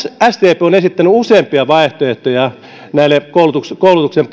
sdp on esittänyt useampia vaihtoehtoja koulutuksen koulutuksen